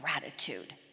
gratitude